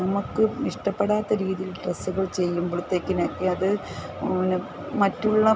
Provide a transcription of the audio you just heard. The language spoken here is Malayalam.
നമുക്ക് ഇഷ്ടപ്പെടാത്ത രീതിയിൽ ഡ്രസ്സ്കൾ ചെയ്യ്മ്പള്ത്തേക്ക് തന്നെ അത് പിന്നെ മറ്റുള്ള